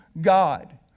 God